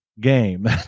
game